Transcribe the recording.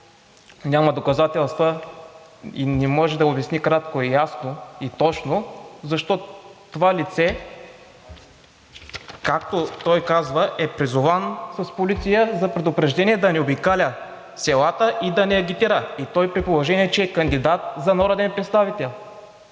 няма доказателства и не може да обясни кратко, ясно и точно защо това лице, както той казва, е призовано с полиция за предупреждение да не обикаля селата и да не агитира, и то при положение че е кандидат за народен представител.